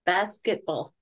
basketball